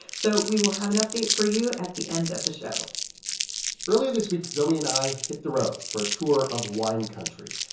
so we will have an update for you at the end of the show earlier this week, zoe and i hit the road for a tour of wine country.